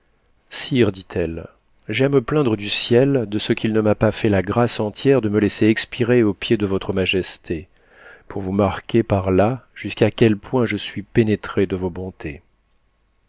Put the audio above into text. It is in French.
dit-elle j'ai à me plaindre du ciel de ce qu'il ne m'a pas fait la grâce entière dme laisser expirer aux pieds de votre majesté pour vous marquer par là jusqu'à quel point je suis pénétrée de vos bontés